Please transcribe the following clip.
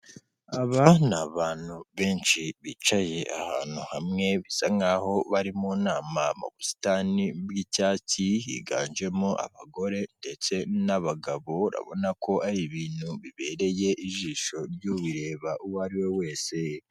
Aba ni abantu benshi bicaye ahantu hamwe, bisa nk'aho bari mu nama mu busitani bw'icyatsi, higanjemo abagore ndetse n'abagabo, urabona ko ari ibintu bibereye ijisho ry'ubireba uwo ariwe wese.